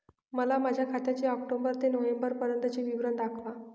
मला माझ्या खात्याचे ऑक्टोबर ते नोव्हेंबर पर्यंतचे विवरण दाखवा